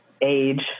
age